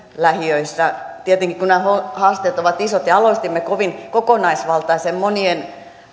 lähiöissä tietenkin kun nämä haasteet ovat isot ja aloitimme kovin kokonaisvaltaisen monien